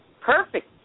perfect